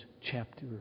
chapter